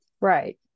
Right